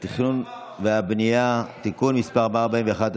התכנון והבנייה (תיקון מס' 141),